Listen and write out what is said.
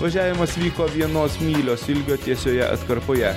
važiavimas vyko vienos mylios ilgio tiesioje atkarpoje